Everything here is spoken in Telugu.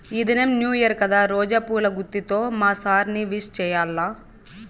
ఈ దినం న్యూ ఇయర్ కదా రోజా పూల గుత్తితో మా సార్ ని విష్ చెయ్యాల్ల